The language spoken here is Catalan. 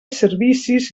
servicis